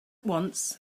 once